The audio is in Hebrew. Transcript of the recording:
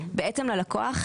מבחינת הלקוח,